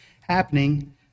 happening